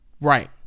Right